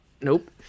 Nope